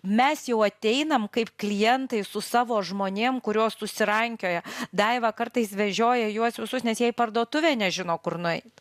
mes jau ateinam kaip klientai su savo žmonėm kuriuos susirankioja daiva kartais vežioja juos visus nes jie į parduotuvę nežino kur nueit